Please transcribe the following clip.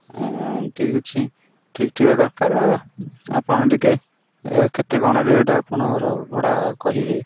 ଏମିତି କିଛି ଠିକ୍ ଥିବା ଦରକାର ଆପଣ ଟିକିଏ କେତେ କ'ଣ ରେଟ୍ ଆପଣଙ୍କର ଭଡ଼ା କହିବେ